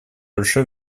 больше